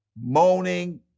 moaning